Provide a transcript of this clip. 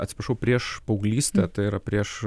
atsiprašau prieš paauglystę tai yra prieš